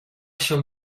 się